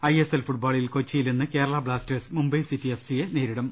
ISL ഫുട്ബോളിൽ കൊച്ചിയിൽ ഇന്ന് കേരള ബ്ലാസ്റ്റേഴ്സ് മുംബൈ സിറ്റി എഫ്സിയെ നേരിടും